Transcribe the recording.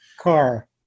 car